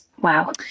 Wow